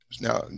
Now